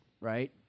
right